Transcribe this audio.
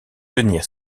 tenir